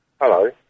Hello